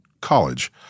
college